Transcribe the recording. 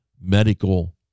medical